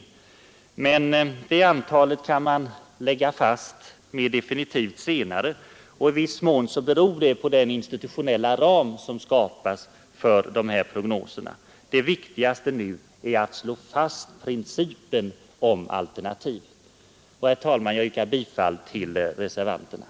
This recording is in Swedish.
Men antalet kan man fastställa senare — i viss mån beror det på den institutionella ram som skapas för de här prognoserna. Det viktigaste nu är att slå fast principen om alternativ. Herr talman! Jag yrkar bifall till reservationen.